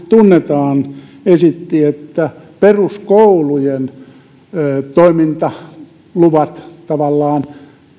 tunnetaan esitti että peruskoulujen toimintaluvat tavallaan